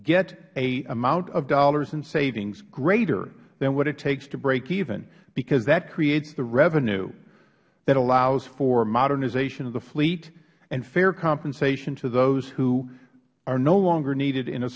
get an amount of dollars in savings greater than what it takes to break even because that creates the revenue that allows for modernization of the fleet and fair compensation to those who are no longer needed in a